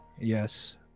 Yes